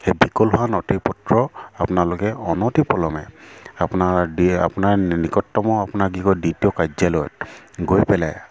সেই বিকল হোৱা নথি পত্ৰ আপোনালোকে অনতিপলমে আপোনাৰ ডি আপোনাৰ নিকটতম আপোনাক কি কয় ডি টি অ' কাৰ্য্য়ালয়ত গৈ পেলাই